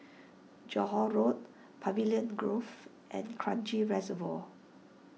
Johore Road Pavilion Grove and Kranji Reservoir